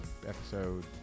episode